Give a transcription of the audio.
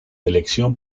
elección